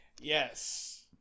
Yes